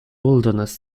wilderness